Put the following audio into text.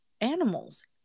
animals